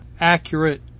accurate